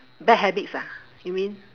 bad habits ah you mean